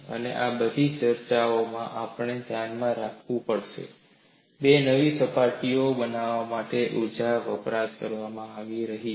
અને આ બધી ચર્ચાઓમાં આપણે ધ્યાનમાં રાખવું પડશે બે નવી સપાટીઓ બનાવવા માટે ઊર્જા વપરાશ કરવામાં આવી રહી છે